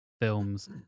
Films